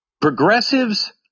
Progressives